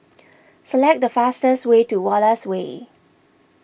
select the fastest way to Wallace Way